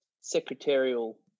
secretarial